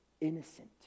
innocent